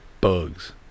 bugs